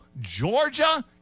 Georgia